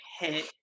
hit